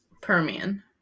Permian